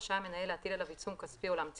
רשאי המנהל להטיל עליו עיצום כספי או להמציא